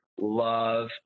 love